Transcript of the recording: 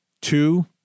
Two